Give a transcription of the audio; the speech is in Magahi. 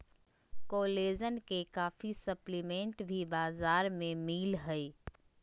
कोलेजन के काफी सप्लीमेंट भी बाजार में मिल हइ